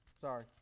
Sorry